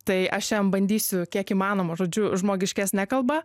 tai aš šian bandysiu kiek įmanoma žodžiu žmogiškesne kalba